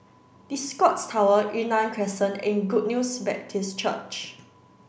the Scotts Tower Yunnan Crescent and Good News Baptist Church